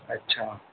अच्छा